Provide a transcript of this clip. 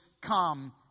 come